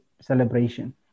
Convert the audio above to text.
celebration